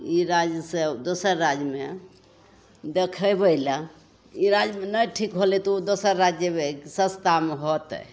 ई राज्यसे दोसर राज्यमे देखाबै ले ई राज्यमे नहि ठीक होलै तऽ ओ दोसर राज्य जएबै सस्तामे होतै